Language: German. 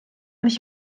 nicht